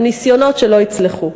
הם ניסיונות שלא יצלחו.